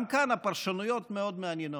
גם כאן הפרשנויות מאוד מעניינות,